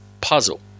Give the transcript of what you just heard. puzzle